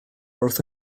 wrth